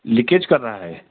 leakage कर रहा है